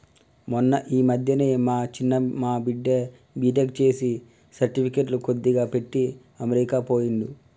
మొన్న ఈ మధ్యనే మా చిన్న మా బిడ్డ బీటెక్ చేసి సర్టిఫికెట్లు కొద్దిగా పెట్టి అమెరికా పోయిండు